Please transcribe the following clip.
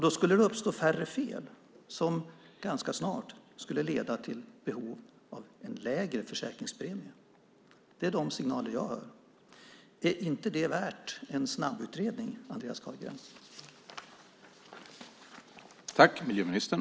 Då skulle det uppstå färre fel, vilket ganska snart skulle leda till behov av lägre försäkringspremier. Det är åtminstone vad jag har hört. Är det inte värt en snabbutredning, Andreas Carlgren?